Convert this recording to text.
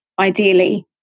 ideally